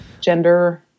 gender